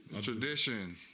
Tradition